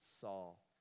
Saul